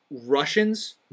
Russians